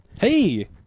Hey